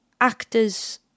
actors